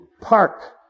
park